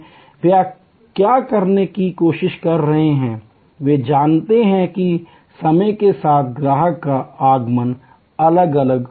वे क्या करने की कोशिश कर रहे हैं वे जानते हैं कि समय के साथ ग्राहक का आगमन अलग अलग होगा